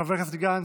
חבר הכנסת גנץ,